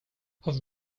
have